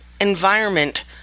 environment